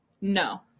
No